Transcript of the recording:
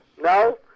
no